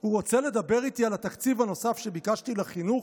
הוא רוצה לדבר איתי על התקציב הנוסף שביקשתי לחינוך?"